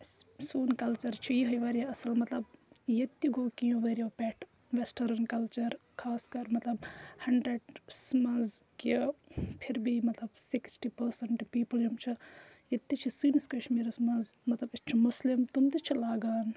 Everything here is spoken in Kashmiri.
أسۍ سون کَلچَر چھُ یِہَے واریاہ اَصٕل مطلب ییٚتہِ تہِ گوٚو کیٚنٛہہ ؤریو پٮ۪ٹھ وٮ۪سٹٲرٕن کَلچَر خاص کَر مطلب ہَنٛڈرَنڈَس منٛز کہِ پھِر بی مطلب سِکِسٹی پٔرسَنٛٹ پیٖپٕل یِم چھِ ییٚتہِ تہِ چھِ سٲنِس کَشمیٖرَس منٛز مطلب أسۍ چھِ مُسلِم تم تہِ چھِ لاگان